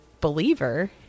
believer